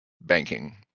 banking